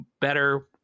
better